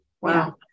Wow